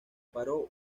paró